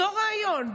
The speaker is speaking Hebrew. אותו רעיון,